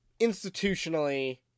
institutionally